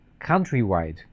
countrywide